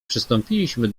przystąpiliśmy